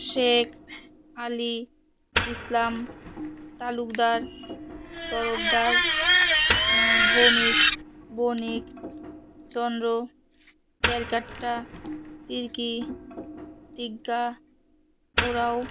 শেখ আলী ইসলাম তালুকদার তরফদার ভৌমিক বণিক চন্দ্র ক্যারকাট্টা তিরকি টিগগা ওরাও